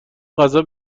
غذا